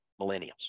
millennials